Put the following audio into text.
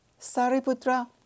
Sariputra